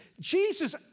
Jesus